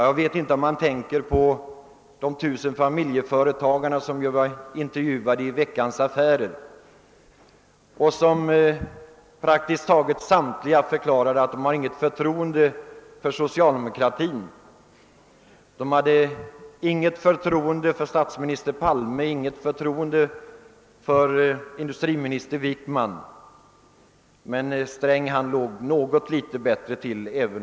Jag vet inte om han tänker på de tusen familjeföretagare som blev intervjuade i Veckans Affärer och som praktiskt taget samtliga förklarade att de inte hade något förtroende för socialdemokratin. De hade inget förtroende för statsminister Palme, de hade inget förtroende för industriminister Wickman. Herr Sträng låg dock något bättre till.